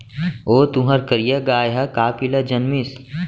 ओ तुंहर करिया गाय ह का पिला जनमिस?